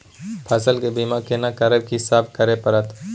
फसल के बीमा केना करब, की सब करय परत?